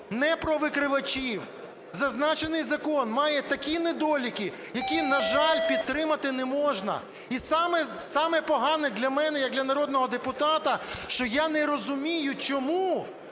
не про викривачів, зазначений закон має такі недоліки, які, на жаль, підтримати не можна. І саме погане для мене як для народного депутата, що я не розумію, чому